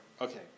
Okay